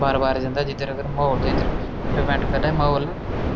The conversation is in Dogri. बार बार जन्दा जिद्धर अगर म्हौल उद्धर डिपेन्ड करदा म्हौल